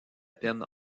peine